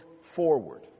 forward